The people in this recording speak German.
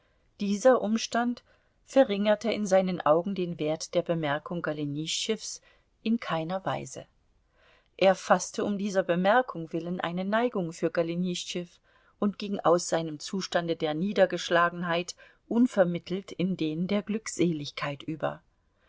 dieser umstand verringerte in seinen augen den wert der bemerkung golenischtschews in keiner weise er faßte um dieser bemerkung willen eine neigung für golenischtschew und ging aus seinem zustande der niedergeschlagenheit unvermittelt in den der glückseligkeit über